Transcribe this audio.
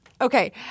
Okay